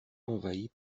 envahie